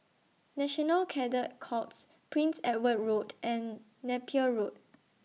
National Cadet Corps Prince Edward Road and Napier Road